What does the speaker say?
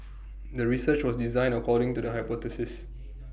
the research was designed according to the hypothesis